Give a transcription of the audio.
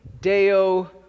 Deo